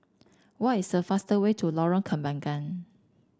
what is a fastest way to Lorong Kembagan